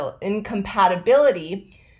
incompatibility